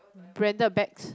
branded bags